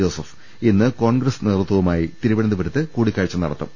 Joseph ഇന്ന് കോൺഗ്രസ് നേതൃത്വവു മായി തിരുവനന്തപുരത്ത് കൂടിക്കാഴ്ച നടത്തും